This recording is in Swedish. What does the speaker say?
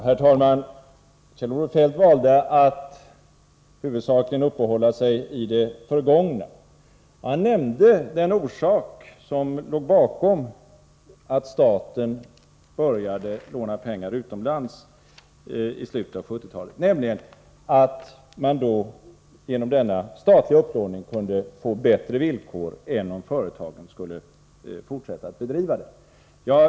Herr talman! Kjell-Olof Feldt valde att huvudsakligen uppehålla sig vid det förgångna. Han nämnde det motiv som låg bakom att staten började låna pengar utomlands i slutet av 1970-talet, nämligen att man genom den statliga upplåningen kunde få bättre villkor än om företagen fortsatte att bedriva upplåningen.